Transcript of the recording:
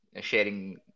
sharing